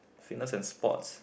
fitness and sports